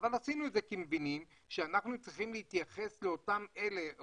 עשינו את זה כי אנחנו מבינים שאנחנו צריכים להתייחס אמנם